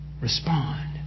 respond